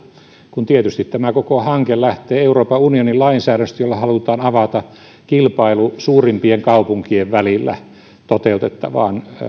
kun tietysti tämä koko hanke lähtee euroopan unionin lainsäädännöstä jolla halutaan avata kilpailu suurimpien kaupunkien välillä toteutettavaan